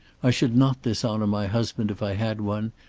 i should not dishonour my husband if i had one,